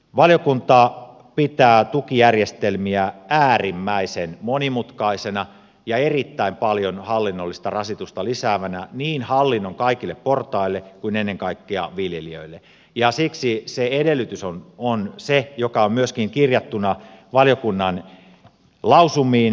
valiokunta pitää tukijärjestelmiä äärimmäisen monimutkaisina ja erittäin paljon hallinnollista rasitusta lisäävinä niin hallinnon kaikille portaille kuin ennen kaikkea viljelijöille ja siksi edellytys on se mikä on myöskin kirjattuna valiokunnan lausumiin